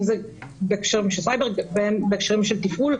אם זה בהקשרים של סייבר ואם זה בהקשרים של תפעול.